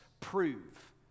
prove